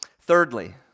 Thirdly